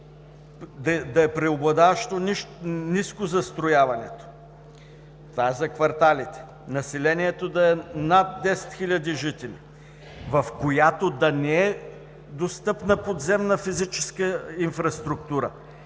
да е преобладаващо ниско застрояването, това е за кварталите; населението да е над 10 хиляди жители, в която да не е достъпна подземна физическа инфраструктура,